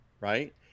right